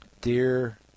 Dear